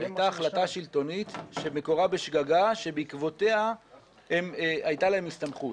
הייתה החלטה שלטונית שמקורה בשגגה שבעקבותיה הייתה להם הסתמכות.